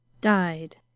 died